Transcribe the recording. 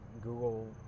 Google